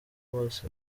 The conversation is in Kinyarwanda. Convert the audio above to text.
bose